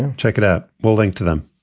and check it out. bulding to them